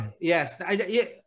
Yes